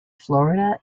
florida